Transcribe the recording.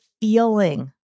feeling